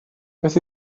beth